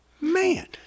Man